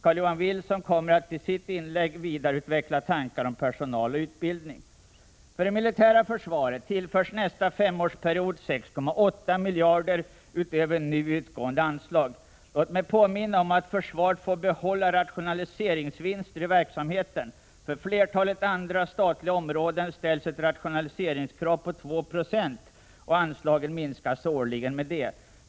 Carl-Johan Wilson kommer i sitt inlägg att vidareutveckla tankar om personal och utbildning. Det militära försvaret tillförs nästa femårsperiod 6,8 miljarder utöver nu utgående anslag. Låt mig också påminna om att försvaret får behålla rationaliseringsvinsterna i verksamheten. För flertalet andra statliga områden ställs ett rationaliseringskrav på 2 96, och anslagen minskas årligen genom detta.